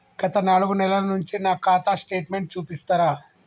గత నాలుగు నెలల నుంచి నా ఖాతా స్టేట్మెంట్ చూపిస్తరా?